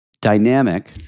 dynamic